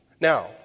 Now